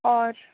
اور